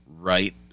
right